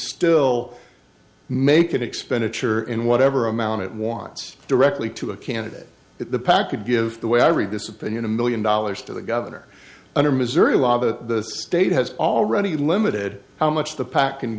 still make an expenditure in whatever amount it wants directly to a candidate that the package give the way i read this opinion a million dollars to the governor under missouri law that the state has already limited how much the pac can